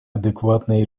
адекватные